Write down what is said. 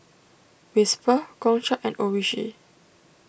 Whisper Gongcha and Oishi